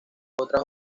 otras